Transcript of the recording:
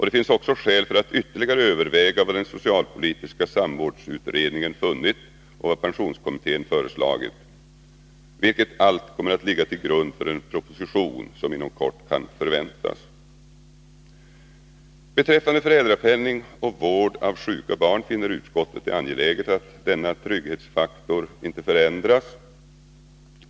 Det finns också skäl att ytterligare överväga vad den socialpolitiska samordningsutredningen funnit och vad pensionskommittén föreslagit, vilket allt kommer att ligga till grund för den proposition som inom kort kan förväntas. Beträffande föräldrapenning och vård av sjuka barn finner utskottet det angeläget att denna trygghetsfaktor inte förändras.